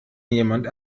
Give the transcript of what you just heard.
jemand